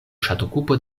ŝatokupo